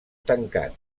tancat